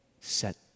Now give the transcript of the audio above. set